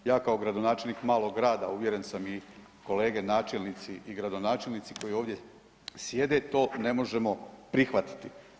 Ja kao gradonačelnik malog grada uvjeren sam i kolege načelnici i načelnici koji ovdje sjede to ne možemo prihvatiti.